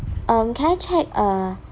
um can I check uh